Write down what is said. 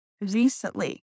recently